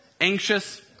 Anxious